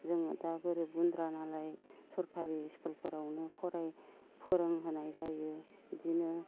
जोङो दा गोरिब गुन्द्रानालाय सरखारि इस्कुलफोरावनो फराय फोरोंहोनाय जायो बिदिनो